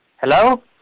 Hello